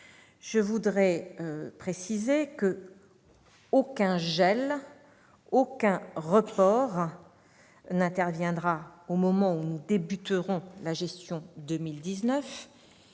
je précise qu'aucun gel ni aucun report n'interviendra au moment où nous débuterons la gestion 2019,